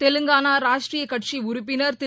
தெலங்கானா ராஷ்டியகட்சிஉறுப்பினா் திரு